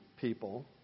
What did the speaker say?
people